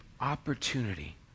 opportunity